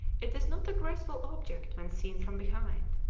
it is not a graceful object when seen from behind,